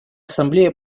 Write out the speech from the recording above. ассамблея